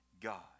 God